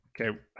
Okay